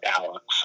Alex